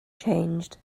changed